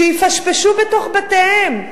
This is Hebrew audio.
שיפשפשו בתוך בתיהם,